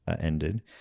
ended